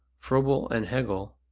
froebel and hegel,